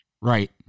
Right